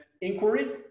inquiry